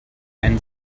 einen